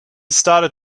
started